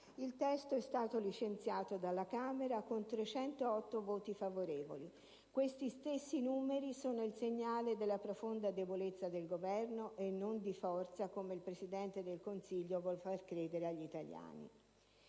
Il testo è stato licenziato dalla Camera dei deputati con 308 voti favorevoli: questi stessi numeri sono il segnale della profonda debolezza del Governo e non della sua forza, come invece il Presidente del Consiglio vorrebbe far credere agli italiani.